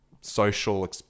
social